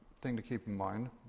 thing to keep in mind